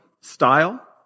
style